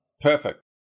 perfect